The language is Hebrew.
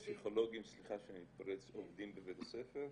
הפסיכולוגים הם של בית הספר?